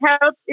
help